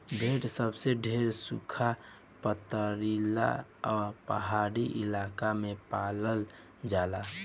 भेड़ सबसे ढेर सुखा, पथरीला आ पहाड़ी इलाका में पालल जाला